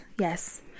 Yes